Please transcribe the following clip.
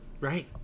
Right